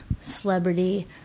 celebrity